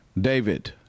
david